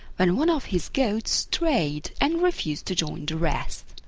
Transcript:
when one of his goats strayed and refused to join the rest.